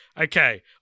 Okay